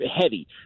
heavy